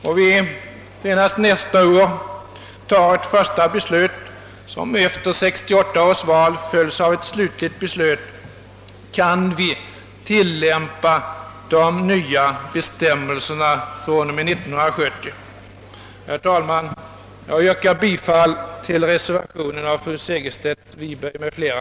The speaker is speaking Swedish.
Om vi senast nästa år fattar ett första beslut i denna riktning, vilket efter 1968 års val följes av ett slutligt beslut, kan vi tillämpa de nya bestämmelserna från och med 1970. Herr talman! Jag ber att få yrka bifall till reservationen av fru Segerstedt Wiberg m.fl.